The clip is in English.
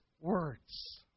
words